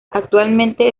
actualmente